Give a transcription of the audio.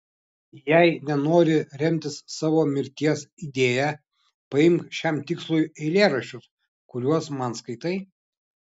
jei nenori remtis savo mirties idėja paimk šiam tikslui eilėraščius kuriuos man skaitai